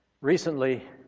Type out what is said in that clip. Recently